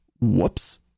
Whoops